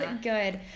good